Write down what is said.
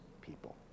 people